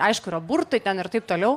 aišku yra burtai ten ir taip toliau